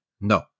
No